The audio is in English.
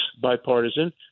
bipartisan